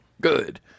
Good